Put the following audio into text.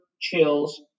chills